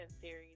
series